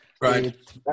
right